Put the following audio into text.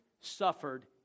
suffered